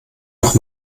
noch